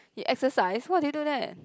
you exercise what do you do there